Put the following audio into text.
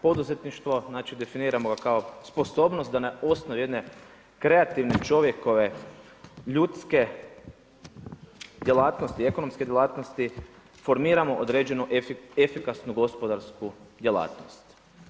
Poduzetništvo znači definiramo ga kao sposobnost da na osnovi jedne kreativne čovjekove, ljudske djelatnosti, ekonomske djelatnosti formiramo određenu efikasnu gospodarsku djelatnost.